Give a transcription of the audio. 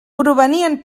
provenien